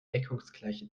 deckungsgleiche